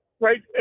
right